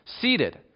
seated